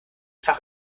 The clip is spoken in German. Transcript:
fach